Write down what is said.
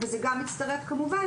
כמובן,